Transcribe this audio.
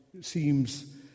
seems